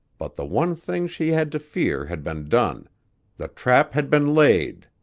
but the one thing she had to fear had been done the trap had been laid,